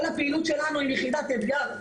כל הפעילות שלנו עם יחידת אתגר,